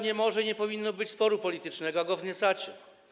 nie może, nie powinno być sporu politycznego, a wy go wzniecacie.